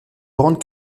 grande